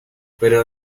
pero